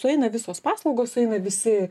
sueina visos paslaugos sueina visi